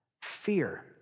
fear